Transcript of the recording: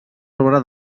sobre